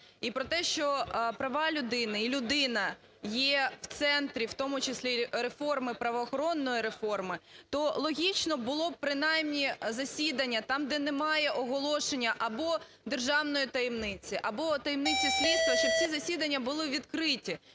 і про те, що права людини і людина є в центрі, в тому числі і реформи, правоохоронної реформи, то логічно було б, принаймні, засідання, там, де немає оголошення або державної таємниці, або таємниці слідства, щоб ці засідання були відкриті.